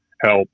help